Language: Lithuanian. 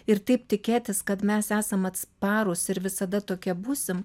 ir taip tikėtis kad mes esam atsparūs ir visada tokie būsim